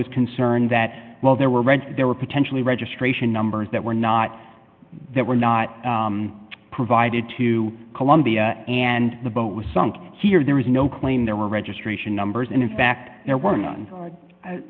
was concern that while there were red there were potentially registration numbers that were not that were not provided to colombia and the boat was sunk here there was no claim there were registration numbers and in fact there were none